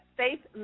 faith